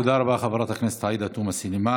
תודה רבה, חברת הכנסת עאידה תומא סלימאן.